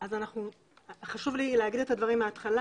אז חשוב לי להגיד את הדברים מהתחלה,